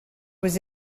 was